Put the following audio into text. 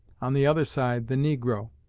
on the other side the negro.